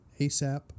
ASAP